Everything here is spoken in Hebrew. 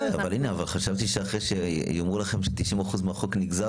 חשבתי שאחרי שיאמרו לכם ש-90% מהחוק הורידו,